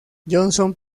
johnson